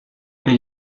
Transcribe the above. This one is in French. elle